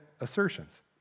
assertions